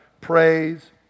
praise